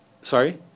Sorry